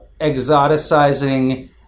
exoticizing